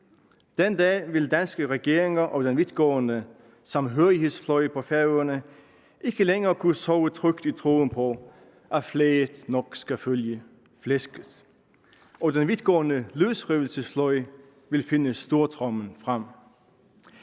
Den dag vil danske regeringer og den vidtgående samhørighedsfløj på Færøerne ikke længere kunne sove trygt i troen på, at flaget nok skal følge flæsket, og den vidtgående løsrivelsesfløj vil finde stortrommen frem.